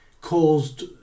caused